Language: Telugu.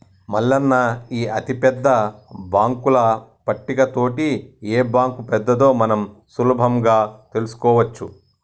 మల్లన్న ఈ అతిపెద్ద బాంకుల పట్టిక తోటి ఏ బాంకు పెద్దదో మనం సులభంగా తెలుసుకోవచ్చు